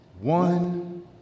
one